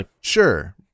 Sure